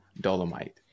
Dolomite